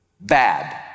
bad